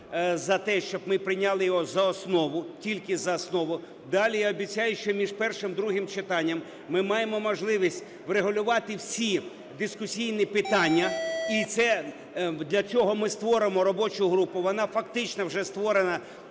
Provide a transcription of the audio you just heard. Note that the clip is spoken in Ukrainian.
за те, щоб ми прийняли його за основу, тільки за основу. Далі я обіцяю, що між першим і другим читанням ми маємо можливість врегулювати всі дискусійні питання, і для цього ми створимо робочу групу (вона фактично вже створена)